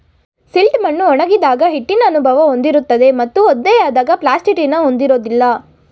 silt ಮಣ್ಣು ಒಣಗಿದಾಗ ಹಿಟ್ಟಿನ ಅನುಭವ ಹೊಂದಿರುತ್ತದೆ ಮತ್ತು ಒದ್ದೆಯಾದಾಗ ಪ್ಲಾಸ್ಟಿಟಿನ ಹೊಂದಿರೋದಿಲ್ಲ